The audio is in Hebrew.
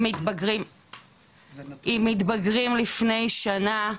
עם מתבגרים לפני שנה,